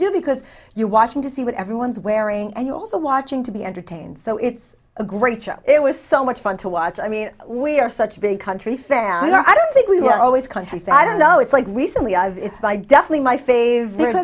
do because you're watching to see what everyone's wearing and you also watching to be entertained so it's a great show it was so much fun to watch i mean we are such a big country fan i don't think we were always country so i don't know it's like recently i've it's my definitely my favorite